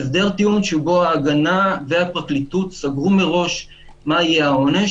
זה הסדר טיעון שבו ההגנה והפרקליטות סגרו מראש מה יהיה העונש,